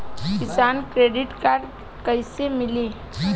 किसान credit card कइसे मिली?